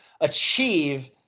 achieve